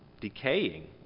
decaying